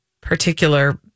particular